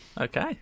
okay